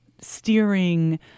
steering